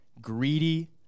greedy